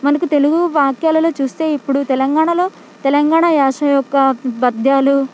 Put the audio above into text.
మనకి తెలుగు వాక్యాలలో చూస్తే ఇప్పుడు తెలంగాణలో తెలంగాణ యాస యొక్క పద్యాలు